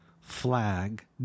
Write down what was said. flag